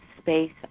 space